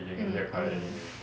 mm mm